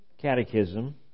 catechism